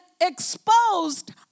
exposed